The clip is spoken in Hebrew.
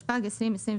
התשפ"ג-2023